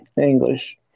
English